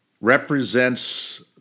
represents